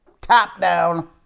Top-down